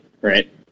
right